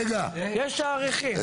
יש תאריכים.